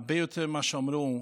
הרבה יותר ממה שאמרו.